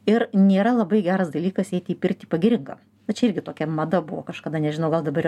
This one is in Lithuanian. ir nėra labai geras dalykas eiti į pirtį pagiringam na čia irgi tokia mada buvo kažkada nežinau gal dabar